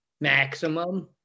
maximum